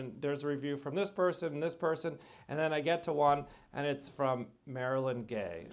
and there's a review from this person this person and then i get to watch it and it's from maryland gay